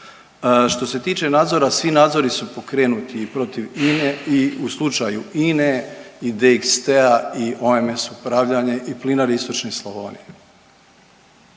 Što se tiče nadzora, svi nadzori su pokrenuti i protiv INA-e i u slučaju INA-e i DXT-a i OMS Upravljanja i Plinari Istočne Slavonije.